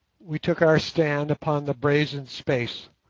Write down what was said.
we took our stand upon the brazen space,